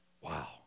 Wow